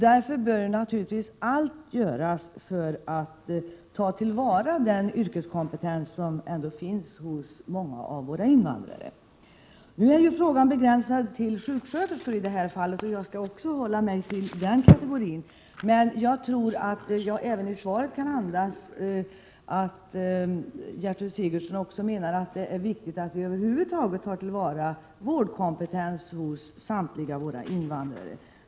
Därför bör allt göras för att ta till vara den yrkeskompetens som finns hos många av våra invandrare. Nu är frågan begränsad till sjuksköterskor, och jag skall också hålla mig till den kategorin. Men jag tycker mig se i svaret att även Gertrud Sigurdsen menar att det är viktigt att vi över huvud taget tar till vara vårdkompetens hos samtliga våra invandrare.